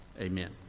Amen